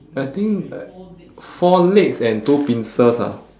I think uh four legs and two pincers ah